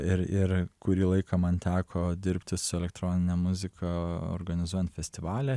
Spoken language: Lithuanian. ir ir kurį laiką man teko dirbti su elektronine muzika organizuojant festivalį